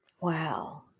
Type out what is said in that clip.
wow